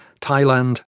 Thailand